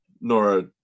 Nora